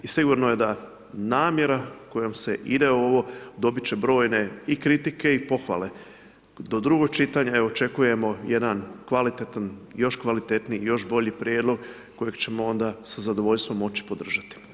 I sigurno je da namjera koja ide u ovo, dobiti će brojne i kritike i pohvale, do drugog čitanja, očekujemo jedan kvalitetan, još kvalitetniji, još bolji prijedlog, koji ćemo onda sa zadovoljstvom moći podržati.